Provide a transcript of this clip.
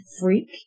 freak